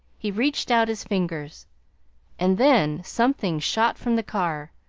he reached out his fingers and then something shot from the car,